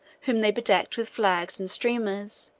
whom they bedecked with flags and streamers,